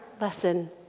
lesson